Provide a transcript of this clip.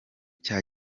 cya